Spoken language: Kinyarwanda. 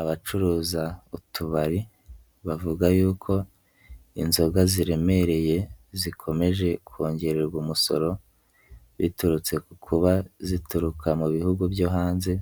Abacuruza utubari bavuga y'uko inzoga ziremereye zikomeje kongererwa umusoro, biturutse ku kuba zituruka mu bihugu byo hanze,